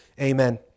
Amen